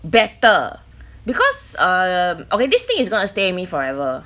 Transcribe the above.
better because err okay this thing is gonna stay in me forever